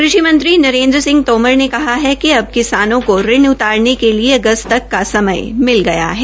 कृषि मंत्री नरेन्द्र सिंह तोमर ने कहा है कि अब किसानों को ऋण उतारने के लिए अगस्त का सयम मिला गया है